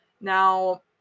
Now